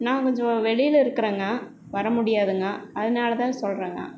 நான் கொஞ்சம் வெளியில இருக்குறேங்க வர முடியாதுங்க அதனால தான் சொல்கிறேங்க